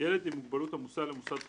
ילד עם מוגבלות המוסע למוסד חינוך,